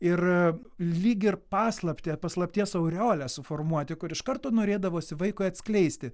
ir lyg ir paslaptį paslapties aureolę suformuot kur iš karto norėdavosi vaikui atskleisti